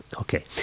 Okay